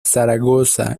zaragoza